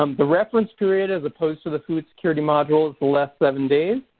um the reference period as opposed to the food security module is the last seven days.